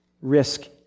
risk